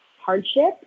hardship